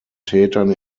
tätern